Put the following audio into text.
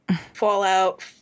fallout